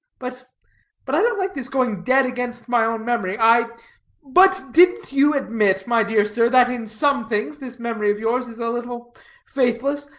but but i don't like this going dead against my own memory i but didn't you admit, my dear sir, that in some things this memory of yours is a little faithless?